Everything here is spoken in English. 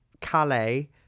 Calais